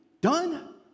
done